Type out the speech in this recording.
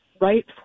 right